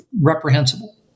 reprehensible